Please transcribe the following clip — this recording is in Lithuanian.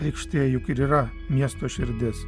aikštė juk ir yra miesto širdis